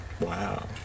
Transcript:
Wow